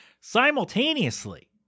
simultaneously